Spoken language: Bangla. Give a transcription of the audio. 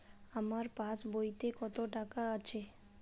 আমার পাসবইতে কত টাকা আছে?